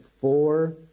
four